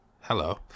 hello